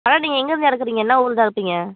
அதுதான் நீங்கள் எங்கேருந்து இறக்கறீங்க என்ன ஊர்